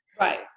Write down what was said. Right